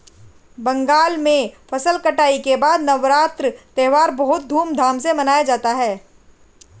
बंगाल में फसल कटाई के बाद नवान्न त्यौहार बहुत धूमधाम से मनाया जाता है